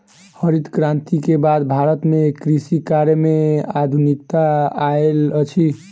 हरित क्रांति के बाद भारत में कृषि कार्य में आधुनिकता आयल अछि